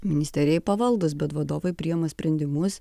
ministerijai pavaldūs bet vadovai priima sprendimus